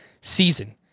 season